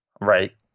right